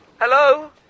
Hello